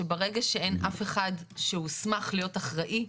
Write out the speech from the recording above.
שברגע שאין אף אחד שהוסמך להיות אחראי,